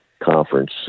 conference